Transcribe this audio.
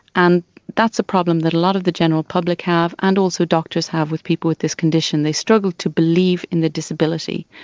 and that's a problem that a lot of the general public have and also doctors have with people with this condition. they struggle to believe in the disability.